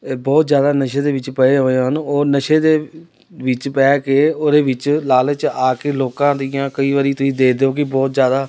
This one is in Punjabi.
ਇਹ ਬਹੁਤ ਜ਼ਿਆਦਾ ਨਸ਼ੇ ਦੇ ਵਿੱਚ ਪਏ ਹੋਏ ਹਨ ਉਹ ਨਸ਼ੇ ਦੇ ਵਿੱਚ ਪੈ ਕੇ ਉਹਦੇ ਵਿੱਚ ਲਾਲਚ ਆ ਕੇ ਲੋਕਾਂ ਦੀਆਂ ਕਈ ਵਾਰੀ ਤੁਸੀਂ ਦੇਖਦੇ ਹੋ ਕਿ ਬਹੁਤ ਜ਼ਿਆਦਾ